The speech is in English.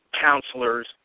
counselors